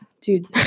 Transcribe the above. dude